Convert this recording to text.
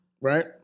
right